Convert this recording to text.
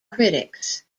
critics